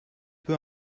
peu